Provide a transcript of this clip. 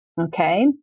Okay